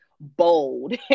bold